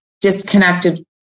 disconnected